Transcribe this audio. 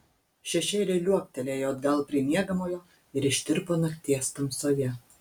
šešėliai liuoktelėjo atgal prie miegamojo ir ištirpo nakties tamsoje